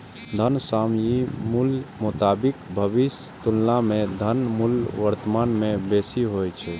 धनक सामयिक मूल्यक मोताबिक भविष्यक तुलना मे धनक मूल्य वर्तमान मे बेसी होइ छै